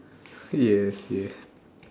yes yeah